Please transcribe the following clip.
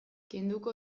kenduko